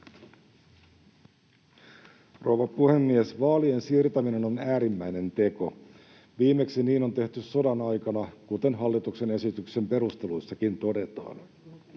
Rouva puhemies! Vaalien siirtäminen on äärimmäinen teko. Viimeksi niin on tehty sodan aikana, kuten hallituksen esityksen perusteluissakin todetaan.